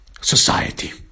society